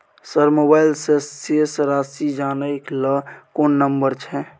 Sir mobile से शेस राशि जानय ल कोन नंबर छै?